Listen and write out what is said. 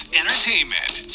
entertainment